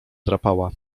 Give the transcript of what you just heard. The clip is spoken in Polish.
drapała